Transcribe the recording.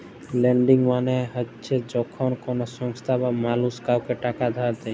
lending মালে চ্ছ যখল কল সংস্থা বা মালুস কাওকে টাকা ধার দেয়